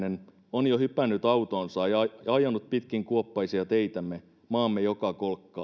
on jo hypännyt autoonsa ja ajanut pitkin kuoppaisia teitämme maamme joka kolkkaan